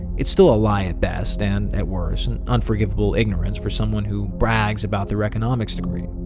it's still a lie at best and, at worst, an unforgivable ignorance for someone who brags about their economics degree.